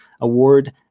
Award